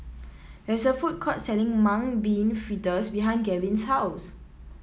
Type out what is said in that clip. there is a food court selling Mung Bean Fritters behind Gavin's house